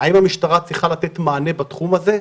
האם המשטרה צריכה לתת מענה בתחום הזה?